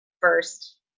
first